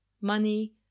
money